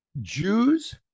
Jews